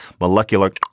molecular